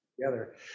together